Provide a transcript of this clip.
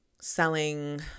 selling